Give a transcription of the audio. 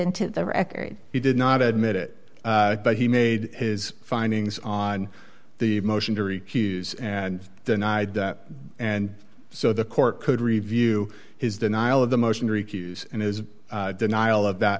into the record he did not admit it but he made his findings on the motion to recuse and denied that and so the court could review his denial of the motion to recuse and his denial of that